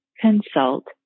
consult